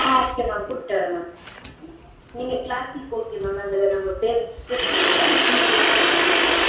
ஆ okay ma'am கூடிகிட்டு வரன் ma'am நீங்கள் க்ளாசிக் ஓகே மேம் அதில் நம்ப பேர் ரிஜிஸ்டர் பண்ணிவிடுங்க நான் ஃபீஸோட ஃபீஸ் கட்டிடுறேன் மேம்